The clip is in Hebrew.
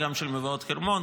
גם של מבואות חרמון,